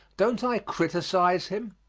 don't i criticise him?